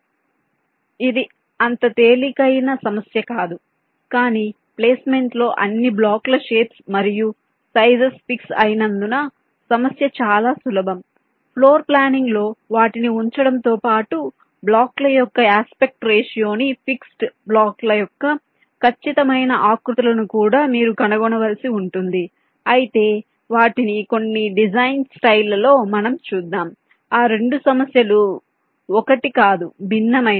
కాబట్టి ఇది అంత తేలికైన సమస్య కాదు కానీ ప్లేస్మెంట్లో అన్ని బ్లాక్ల షేప్స్ మరియు సైజస్ ఫిక్స్ అయినందున సమస్య చాలా సులభం ఫ్లోర్ ప్లానింగ్లో వాటిని ఉంచడంతో పాటు బ్లాక్ల యొక్క యాస్పెక్ట్ రేషియో ని ఫిక్స్డ్ బ్లాక్ల యొక్క ఖచ్చితమైన ఆకృతులను కూడా మీరు కనుగొనవలసి ఉంటుంది అయితే వాటిని కొన్ని డిజైన్ స్టైల్ లలో మనం చూద్దాం ఆ రెండు సమస్యలు ఒకటి కాదు భిన్నమైనవి